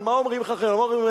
על מה אומרים "הלל"?